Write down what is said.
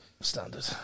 standard